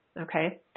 Okay